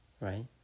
right